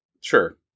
Sure